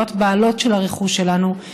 להיות בעלות של הרכוש שלנו,